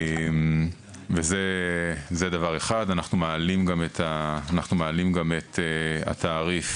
אנחנו גם מעלים את התעריף